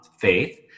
faith